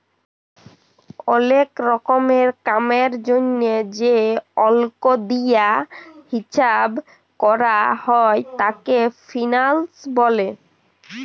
ওলেক রকমের কামের জনহে যে অল্ক দিয়া হিচ্চাব ক্যরা হ্যয় তাকে ফিন্যান্স ব্যলে